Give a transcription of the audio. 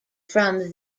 from